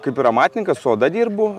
kaip ir amatininkas su oda dirbu